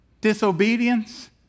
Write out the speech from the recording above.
disobedience